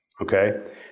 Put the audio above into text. Okay